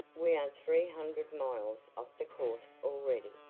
we are three hundred miles off the course already,